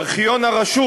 ארכיון הרשות,